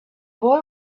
boy